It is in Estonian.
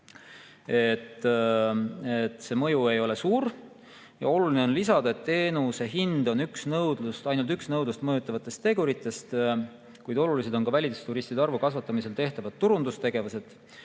et mõju ei ole suur. Oluline on lisada, et teenuse hind on ainult üks nõudlust mõjutavatest teguritest. Olulised on ka välisturistide arvu kasvatamisel tehtavad turundustegevused